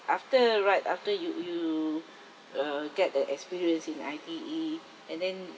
after right after you you uh get the experience in I_T_E and then